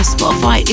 Spotify